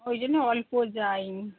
ওই জন্যে অল্প যাই আমি